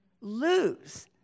Lose